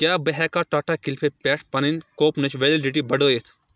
کیٛاہ بہٕ ہٮ۪کا ٹاٹا کٕلِک پٮ۪ٹھٕ پننہِ کوپنٕچ ویلڈٹی بڑٲوِتھ؟